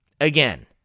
Again